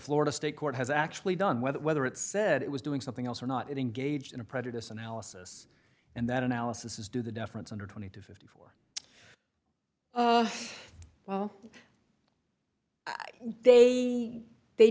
florida state court has actually done whether whether it said it was doing something else or not it engaged in a prejudice analysis and that analysis is due the deference under twenty to fifty five well they they